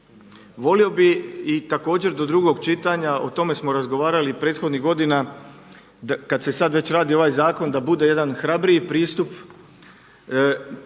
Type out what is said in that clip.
Volio bih i također do drugog čitanja, o tome smo razgovarali i prethodnih godina, kad se sad već radi ovaj Zakon da bude jedan hrabriji pristup.